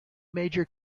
major